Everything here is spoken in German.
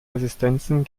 resistenzen